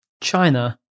China